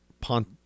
Pont